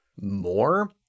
more